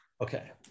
Okay